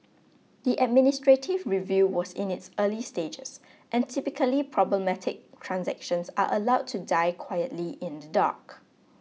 the administrative review was in its early stages and typically problematic transactions are allowed to die quietly in the dark